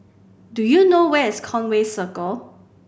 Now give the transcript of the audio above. do you know where is Conway Circle